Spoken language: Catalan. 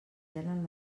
gelen